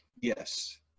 yes